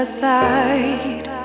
side